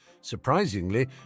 Surprisingly